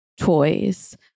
toys